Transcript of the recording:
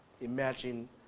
Imagine